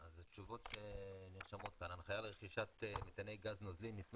תשובות: "ההנחיה לרכישת מטעני גז נוזלי ניתנה